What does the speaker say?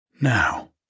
Now